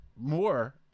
More